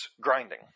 grinding